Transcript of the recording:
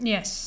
Yes